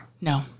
No